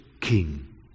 king